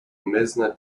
meisner